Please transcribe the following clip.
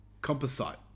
Composite